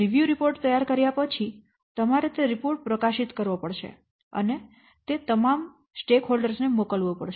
સમીક્ષા રિપોર્ટ તૈયાર કર્યા પછી તમારે તે રિપોર્ટ પ્રકાશિત કરવો પડશે અને તે તમામ હિતધારકો ને મોકલવું પડશે